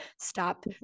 stop